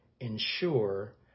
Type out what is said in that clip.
ensure